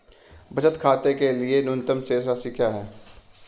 बचत खाते के लिए न्यूनतम शेष राशि क्या है?